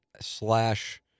slash